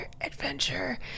adventure